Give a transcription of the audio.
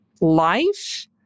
life